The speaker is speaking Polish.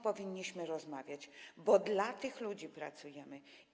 Powinniśmy o nich rozmawiać, bo dla tych ludzi pracujemy.